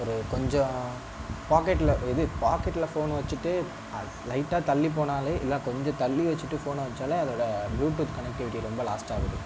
ஒரு கொஞ்சம் பாக்கெடில் இது பாக்கெடில் ஃபோன் வச்சுட்டு லைட்டாக தள்ளி போனாலே இல்லை கொஞ்சம் தள்ளி வச்சுட்டு ஃபோனை வச்சாலே அதோட ப்ளூ டூத் கனெக்டிவிட்டி ரொம்ப லாஸ்ட் ஆகுது